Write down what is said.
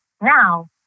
now